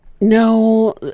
No